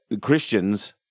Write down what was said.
Christians